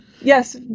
Yes